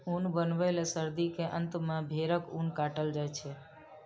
ऊन बनबै लए सर्दी के अंत मे भेड़क ऊन काटल जाइ छै